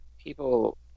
people